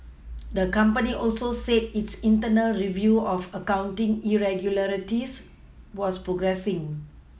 the company also said its internal review of accounting irregularities was progressing